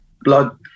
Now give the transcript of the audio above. blood